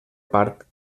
part